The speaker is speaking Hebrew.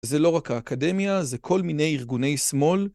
‫זה לא רק האקדמיה, ‫זה כל מיני ארגוני שמאל.